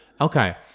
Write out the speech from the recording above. Okay